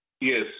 Yes